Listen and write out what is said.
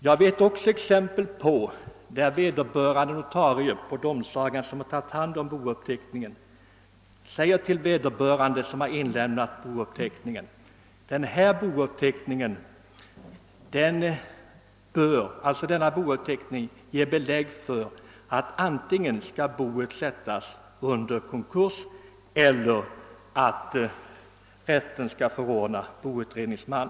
Jag vet också exempel på att vederbörande notarie på domsagan har tagit hand om bouppteckningen för registrering och säger till den som har inlämnat bouppteckningen: Denna bouppteckning ger belägg för att antingen skall boet sättas i konkurs eller också skall rätten förordna boutredningsman.